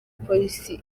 polisi